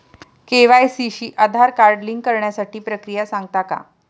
KYC शी Aadhaar card link करण्याची प्रक्रिया सांगता का?